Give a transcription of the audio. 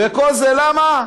וכל זה למה?